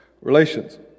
relations